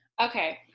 Okay